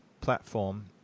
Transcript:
platform